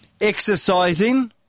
exercising